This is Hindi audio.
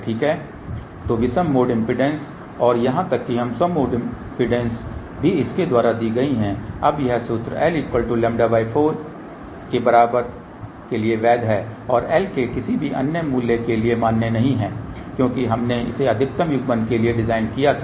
ठीक है तो विषम मोड इम्पीडेन्स और यहां तक कि सम मोड इम्पीडेन्स भी इसके द्वारा दी गई है अब यह सूत्र ll4 बराबर के लिए वैध है और एल के किसी भी अन्य मूल्य के लिए मान्य नहीं है क्योंकि हमने इसे अधिकतम युग्मन के लिए डिजाइन किया था